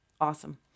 awesome